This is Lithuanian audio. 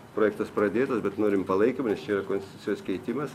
projektas pradėtas bet norim palaikymo nes čia yra konstitucijos keitimas